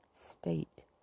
state